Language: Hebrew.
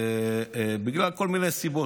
בגלל כל מיני סיבות,